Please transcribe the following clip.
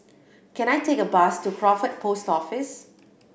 can I take a bus to Crawford Post Office